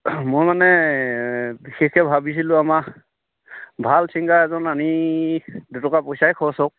মই মানে বিশেষকৈ ভাবিছিলোঁ আমাৰ ভাল ছিংগাৰ এজন আনি দুটকা পইচাই খৰচ হওক